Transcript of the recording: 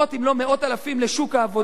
אם לא מאות אלפים לשוק העבודה,